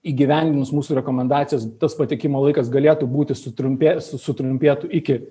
įgyvendinus mūsų rekomendacijas tas patekimo laikas galėtų būti sutrumpė su sutrumpėtų iki